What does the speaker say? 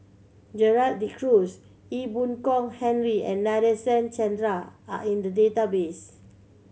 Gerald De Cruz Ee Boon Kong Henry and Nadasen Chandra are in the database